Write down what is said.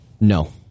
No